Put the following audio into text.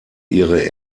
ihre